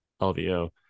LVO